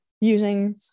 using